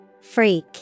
Freak